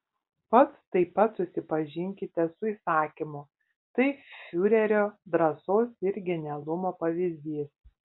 pats taip pat susipažinkite su įsakymu tai fiurerio drąsos ir genialumo pavyzdys